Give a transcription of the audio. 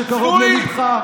שקרוב לליבך,